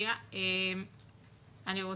אני גם